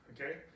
Okay